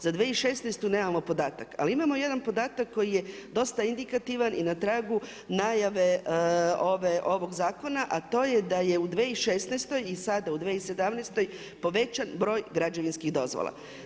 Za 2016. nemamo podatak, ali imamo jedan podatak koji je dosta indikativan i na tragu najave ovog zakona, a to je da je u 2016. i sada u 2017. povećan broj građevinskih dozvola.